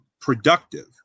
productive